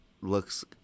looks